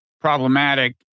problematic